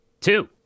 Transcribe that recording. Two